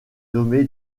nommé